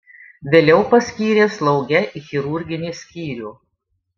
vėliau paskyrė slauge į chirurginį skyrių